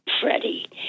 Freddie